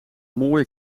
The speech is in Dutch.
mooie